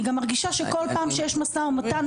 אני גם מרגישה שכל פעם שיש משא ומתן,